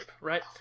right